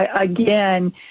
Again